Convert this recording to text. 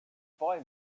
boy